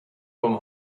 from